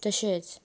तशेंच